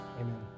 Amen